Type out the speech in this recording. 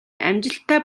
амжилттай